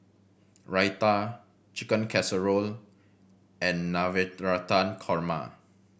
Raita Chicken Casserole and Navratan Korma